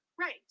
Right